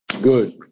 good